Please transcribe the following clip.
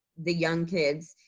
the young kids,